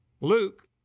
Luke